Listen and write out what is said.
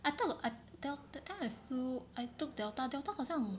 I thought I tell that time I flew I took Delta Delta 好像